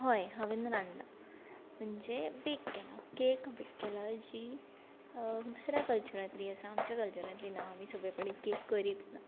हय हांवें रांदलां म्हणजे बेक केलां केक बेक केला जी दुसऱ्या कल्चरांतली आसा आमच्या कल्चरांतली ना आमी सोंपेपणी केक करीच ना